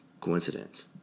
coincidence